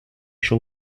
schon